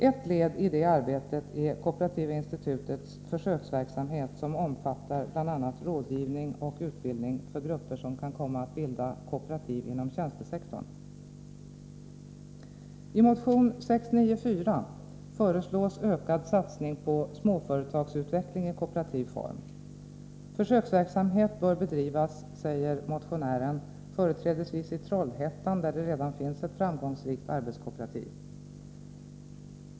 Ett led i det arbetet är Kooperativa Institutets försöksverksamhet, som bl.a. omfattar rådgivning och utbildning för grupper som kan komma att bilda kooperativ inom tjänstesektorn. I motion 694 föreslås en ökad satsning på småföretagsutveckling i kooperativ form. Försöksverksamhet bör bedrivas, säger motionären, företrädesvis i Trollhättan där det redan finns ett framgångsrikt arbetskooperativ.